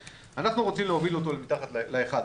ואנחנו רוצים להוביל אותו הרי למתחת ל-1%.